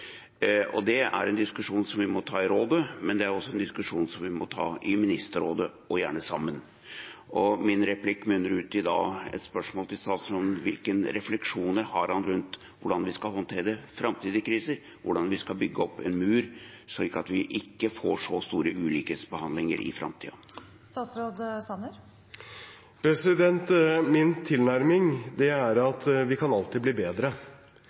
må ta i Rådet, men det er også en diskusjon vi må ta i Ministerrådet, og gjerne sammen. Min replikk munner ut i et spørsmål til statsråden: Hvilke refleksjoner har han rundt hvordan vi skal håndtere framtidige kriser – hvordan vi skal bygge opp en mur, slik at vi ikke får så stor ulikhet i behandlingen i framtiden? Min tilnærming er at vi alltid kan bli bedre.